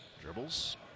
Dribbles